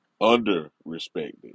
Under-respected